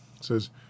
says